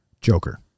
Joker